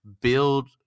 build